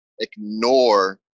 ignore